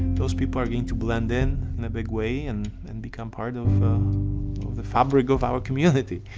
those people are getting to blend in in a big way and and become part of the fabric of our community.